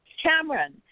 Cameron